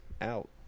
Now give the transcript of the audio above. out